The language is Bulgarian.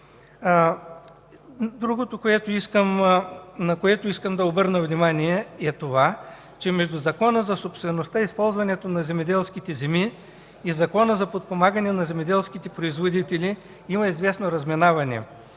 Другото, на което искам да обърна внимание, е това, че между Закона за собствеността и ползването на земеделските земи и Закона за подпомагане на земеделските производители има известно разминаване.